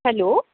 hello